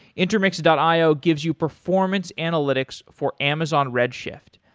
intermix and io gives you performance analytics for amazon redshift.